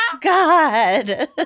God